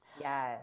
Yes